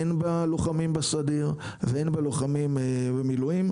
הן בלוחמים בסדיר והן בלוחמים במילואים,